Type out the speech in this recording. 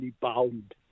bound